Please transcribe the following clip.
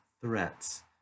threats